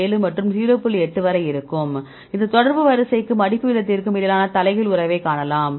8 வரை இருக்கும் இது தொடர்பு வரிசைக்கும் மடிப்பு வீதத்திற்கும் இடையிலான தலைகீழ் உறவைக் காணலாம்